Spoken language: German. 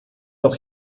noch